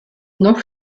noch